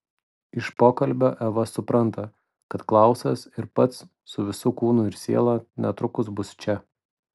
iš pokalbio eva supranta kad klausas ir pats su visu kūnu ir siela netrukus bus čia